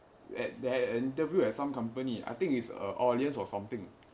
had their interview at some company I think is uh audience or something